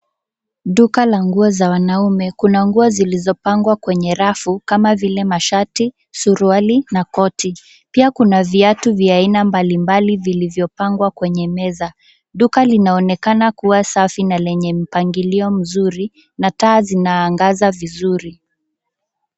Duka la nguo za wanaume. Kuna nguo zilizopangwa kwenye rafu kama vile: mashati, suruali na koti. Pia kuna viatu vya aina mbali mbali vilivyopangwa kwenye meza. Duka linaonekana kuwa safi na lenye mpangilio mzuri na taa zinaangaza vizuri.